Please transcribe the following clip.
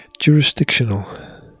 jurisdictional